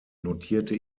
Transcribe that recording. notierte